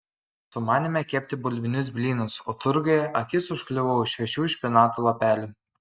sumanėme kepti bulvinius blynus o turguje akis užkliuvo už šviežių špinatų lapelių